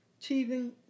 achieving